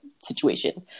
situation